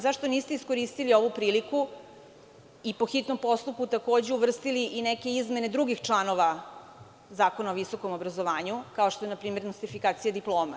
Zašto niste iskoristili ovu priliku i po hitnom postupku takođe uvrstili i neke izmene drugih članova Zakona o visokom obrazovanju, kao što je npr. nostrifikacija diploma?